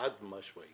חד-משמעית.